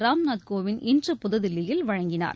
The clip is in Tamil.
ராம்நாத் கோவிந்த் இன்று புதுதில்லியில் வழங்கினார்